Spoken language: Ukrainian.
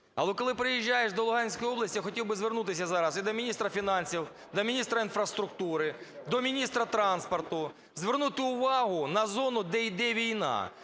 Але коли приїжджаєш до Луганської області, я хотів би звернутися зараз і до міністра фінансів, до міністра інфраструктури, до міністра транспорту: звернути увагу на зону, де йде війна.